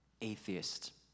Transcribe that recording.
atheist